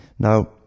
Now